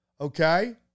okay